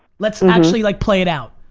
let's and actually like play it out.